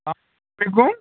علیکُم